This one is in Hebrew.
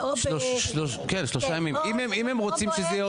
כן שלושה ימים, אם הם רוצים שזה יהיה עוד.